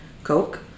coke